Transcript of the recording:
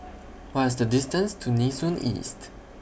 What IS The distance to Nee Soon East